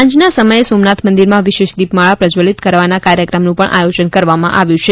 સાંજનાં સમયે સોમનાથ મંદિરમાં વિશેષ દીપમાળા પ્રશ્વલિત કરવાના કાર્યક્રમનું પણ આયોજન કરવામાં આવ્યું છે